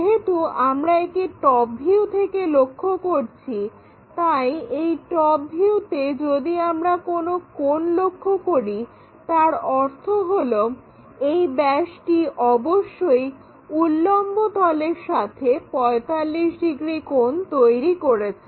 যেহেতু আমরা একে টপ ভিউ থেকে লক্ষ্য করছি তাই এই টপ ভিউতে যদি আমরা কোনো কোণ লক্ষ্য করি তার অর্থ হলো এই ব্যাসটি অবশ্যই উল্লম্ব তলের সাথে 45 ডিগ্রি কোণ তৈরি করেছে